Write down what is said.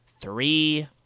three